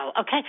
okay